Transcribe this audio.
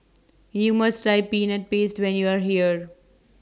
YOU must Try Peanut Paste when YOU Are here